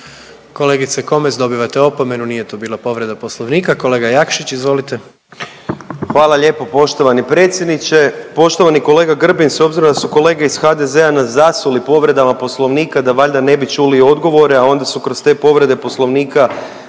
Kolegice Komes dobivate opomenu nije to bila povreda poslovnika. Kolega Jakšić izvolite. **Jakšić, Mišel (SDP)** Hvala lijepo poštovani predsjedniče. Poštovani kolega Grbin, s obzirom da su kolege iz HDZ-a nas zasuli povredama poslovnika da valjda ne bi čuli odgovore, a onda su kroz te povrede poslovnika